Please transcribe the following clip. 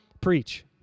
preach